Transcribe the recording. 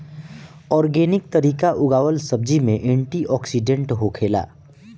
organic तरीका उगावल सब्जी में एंटी ओक्सिडेंट होखेला